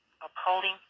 upholding